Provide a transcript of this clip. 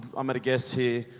i'm gonna guess here,